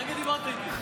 הרגע דיברת איתי.